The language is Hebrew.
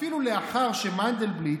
אפילו לאחר שמנדלבליט,